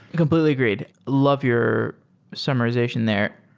completely agreed. love your summarization there.